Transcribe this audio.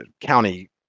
county